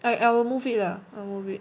I I will move it lah I'll move it